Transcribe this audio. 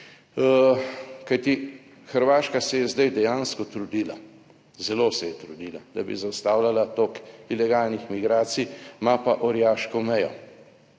kajti Hrvaška se je zdaj dejansko trudila, zelo se je trudila, da bi zaustavljala tok ilegalnih migracij, ima pa orjaško mejo,